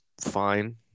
fine